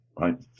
right